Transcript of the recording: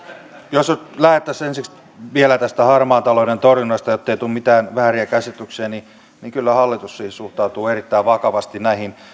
jos nyt lähdettäisiin ensiksi vielä tästä harmaan talouden torjunnasta jottei tule mitään vääriä käsityksiä niin sanon että kyllä hallitus siis suhtautuu erittäin vakavasti näihin